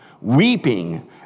weeping